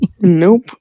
Nope